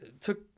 took